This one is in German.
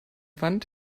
wand